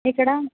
ఇక్కడ